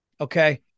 Okay